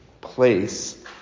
place